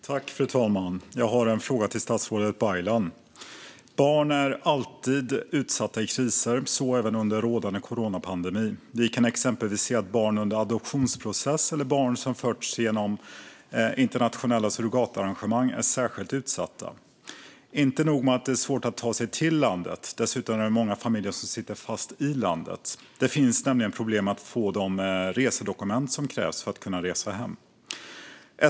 Fru talman! Jag har en fråga till statsrådet Baylan. Barn är alltid utsatta i kriser, så även under rådande coronapandemi. Vi kan exempelvis se att barn i adoptionsprocess och barn som fötts genom internationella surrogatarrangemang är särskilt utsatta. Inte bara är det svårt att ta sig till landet; det är dessutom många familjer som sitter fast i landet. Det finns nämligen problem med att få de resedokument som krävs för att kunna resa hem.